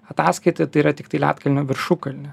ataskaita tai yra tiktai ledkalnio viršukalnė